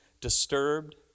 disturbed